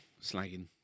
slagging